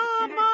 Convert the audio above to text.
Mom